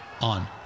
on